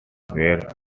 were